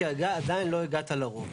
כי עדיין לא הגעת לרוב.